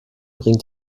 bringt